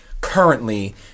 currently